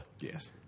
Yes